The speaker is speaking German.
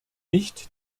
nicht